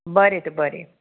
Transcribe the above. बरें तर बरें